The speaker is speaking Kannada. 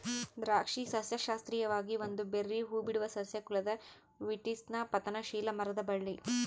ದ್ರಾಕ್ಷಿ ಸಸ್ಯಶಾಸ್ತ್ರೀಯವಾಗಿ ಒಂದು ಬೆರ್ರೀ ಹೂಬಿಡುವ ಸಸ್ಯ ಕುಲದ ವಿಟಿಸ್ನ ಪತನಶೀಲ ಮರದ ಬಳ್ಳಿ